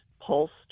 pulsed